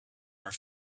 are